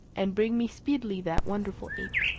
and bring me speedily that wonderful ape.